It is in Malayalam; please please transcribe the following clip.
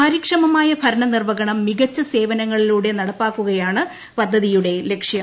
കാര്യക്ഷമമായ ഭരണ നിർവ്വഹണം മികച്ച സേവനങ്ങളിലൂടെ നടപ്പാക്കുകയാണ് പദ്ധതിയുടെ ലക്ഷ്യം